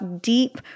deep